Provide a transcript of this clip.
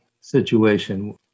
situation